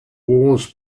wars